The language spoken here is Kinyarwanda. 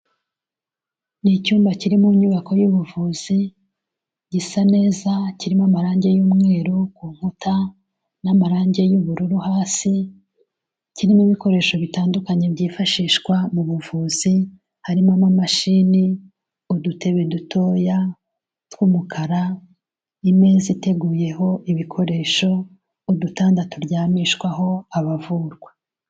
Ni icyumba kiri mu nyubako y'ubuvuzi, gisa neza, kirimo amarangi y'umweru ku nkuta n'amarangi y'ubururu hasi, kirimo ibikoresho bitandukanye byifashishwa mu buvuzi, harimo amamashini, udutebe dutoya tw'umukara, imeze iteguyeho ibikoresho, udutanda turyamishwaho abavurwa.